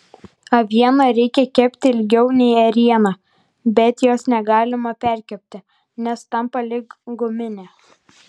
avieną reikia kepti ilgiau nei ėrieną bet jos negalima perkepti nes tampa lyg guminė